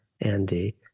Andy